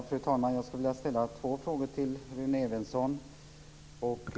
Fru talman! Jag skulle vilja ställa två frågor till Rune Evensson.